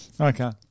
Okay